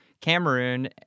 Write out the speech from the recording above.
Cameroon